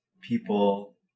people